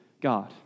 God